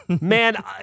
Man